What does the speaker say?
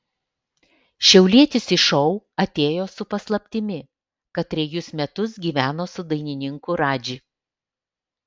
šiaulietis į šou atėjo su paslaptimi kad trejus metus gyveno su dainininku radži